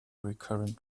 recurrent